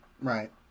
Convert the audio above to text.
Right